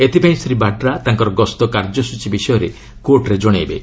ଏଥିପାଇଁ ଶ୍ରୀ ବାଡ୍ରା ତାଙ୍କର ଗସ୍ତ କାର୍ଯ୍ୟସ୍ଟଚୀ ବିଷୟରେ କୋର୍ଟରେ ଜଣାଇବେ